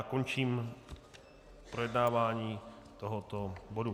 Končím projednávání tohoto bodu.